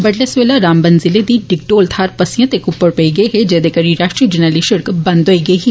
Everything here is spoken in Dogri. बडलै सवेला रामबन ज़िले दी डिगडोल थाहर पस्सियां ते कुप्पड़ पेई गे हे जेह्दे करी राष्ट्रीय जरनैली षिड़क बंद होई गेई ही